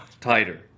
tighter